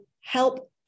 help